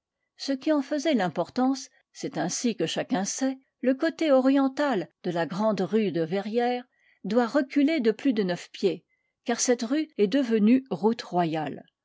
ce qui en faisait l'importance c'est qu'ainsi que chacun sait le côté oriental de la grande rue de verrières doit reculer de plus de neuf pieds car cette rue est devenue route royale